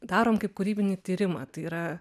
darom kaip kūrybinį tyrimą tai yra